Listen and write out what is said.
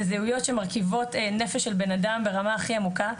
וזהויות שמרכיבות נפש של בן אדם ברמה הכי עמוקה,